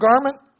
garment